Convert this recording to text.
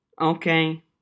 Okay